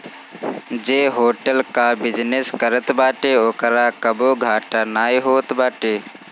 जे होटल कअ बिजनेस करत बाटे ओकरा कबो घाटा नाइ होत बाटे